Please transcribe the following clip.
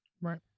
Right